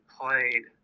played